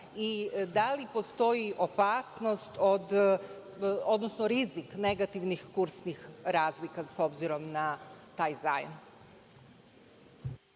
i da li postoji opasnost, odnosno rizik negativnih kursnih razlika s obzirom na taj zajam?